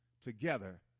together